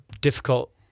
difficult